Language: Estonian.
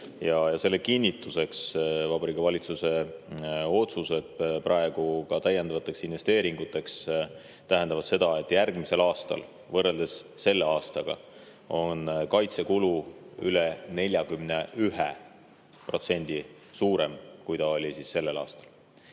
Selle kinnituseks on Vabariigi Valitsuse otsused praegu ka täiendavate investeeringute kohta, mis tähendavad seda, et järgmisel aastal võrreldes selle aastaga on kaitsekulu üle 41% suurem, kui oli sellel aastal.